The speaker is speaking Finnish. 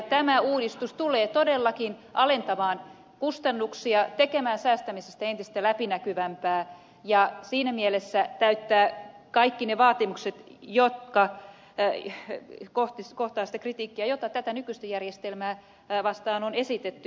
tämä uudistus tulee todellakin alentamaan kustannuksia tekemään säästämisestä entistä läpinäkyvämpää ja siinä mielessä täyttää kaikki ne vaatimukset ottaa huomioon sen kritiikin jota tätä nykyistä järjestelmää vastaan on esitetty